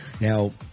Now